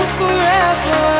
forever